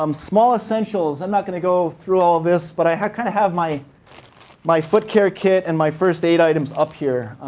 um small essentials. i'm not going to go through all of this, but i have kind of have my my foot care kit and my first aid items up here,